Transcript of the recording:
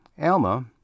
Alma